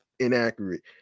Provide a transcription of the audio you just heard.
Inaccurate